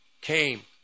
came